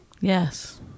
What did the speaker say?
Yes